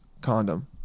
condom